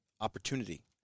opportunity